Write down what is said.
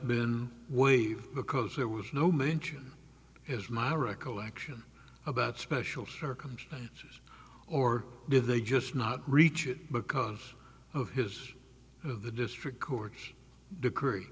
been waived because there was no mention is my recollection about special circumstances or did they just not reach it because of his of the district court decree